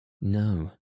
No